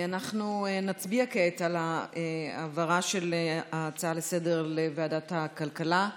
אנחנו נצביע כעת על ההעברה של ההצעה לסדר-היום לוועדת הכלכלה.